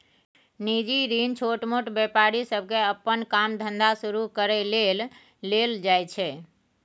निजी ऋण छोटमोट व्यापारी सबके अप्पन काम धंधा शुरू करइ लेल लेल जाइ छै